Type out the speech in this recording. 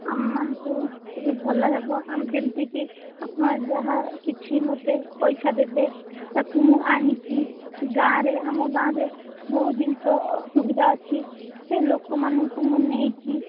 ଆମମାନଙ୍କୁ ଟିକେ ଭଲ ହେବ ଆମେ ଯେମିତିକି ଆପଣ ଯାହା କିଛି ମୋତେ ପଇସା ଦେବେ ତାକୁ ମୁଁ ଆଣିକି ଗାଁ ରେ ଆମ ଗାଁରେ ବହୁତ ଜିନିଷ ସୁବିଧା ଅଛି ଲୋକମାନଙ୍କୁ ମୁଁ ନେଇଛି